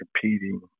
competing